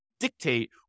dictate